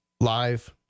live